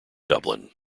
dublin